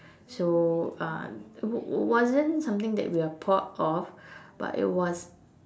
so um w~ wasn't something that we are proud of but it was